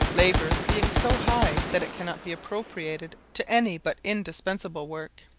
labour being so high that it cannot be appropriated to any but indispensable work.